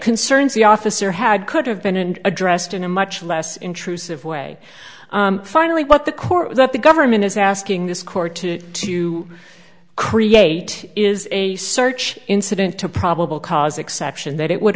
concerns the officer had could have been and addressed in a much less intrusive way finally what the court that the government is asking this court to to create is a search incident to probable cause exception that it would